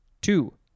Two